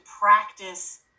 practice